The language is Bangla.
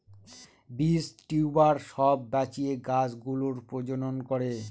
বীজ, টিউবার সব বাঁচিয়ে গাছ গুলোর প্রজনন করে